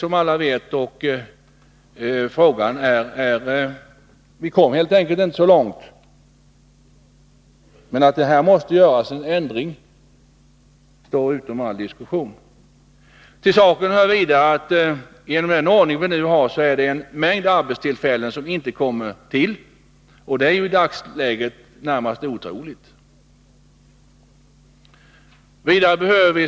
Det är bara att konstatera att vi helt enkelt inte kom så långt före valet. Att det behövs en ändring står emellertid utom all diskussion. Till saken hör vidare att vi som en följd av nuvarande ordning går miste om en mängd arbetstillfällen. I dagsläget är detta ett i det närmaste otroligt faktum.